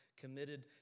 committed